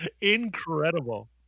Incredible